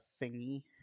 thingy